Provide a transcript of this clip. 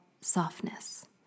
softness